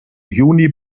juni